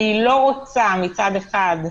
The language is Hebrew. אני לא רוצה, מצד אחד,